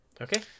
Okay